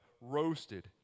roasted